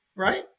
Right